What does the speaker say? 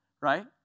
right